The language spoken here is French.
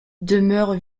demeure